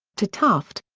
to tufte,